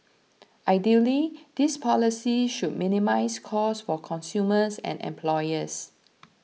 ideally these policies should minimise cost for consumers and employers